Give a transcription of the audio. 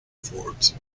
forbes